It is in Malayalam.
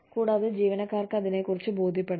കൂടാതെ ജീവനക്കാർക്ക് അതിനെക്കുറിച്ച് ബോധ്യപ്പെടണം